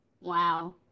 Wow